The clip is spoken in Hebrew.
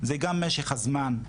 זה גם משך הזמן,